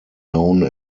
known